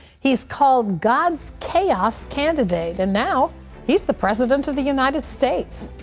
he is called god's chaos candidate, and now he is the president of the united states.